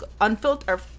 unfiltered